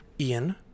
Ian